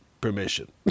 permission